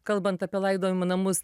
kalbant apie laidojimo namus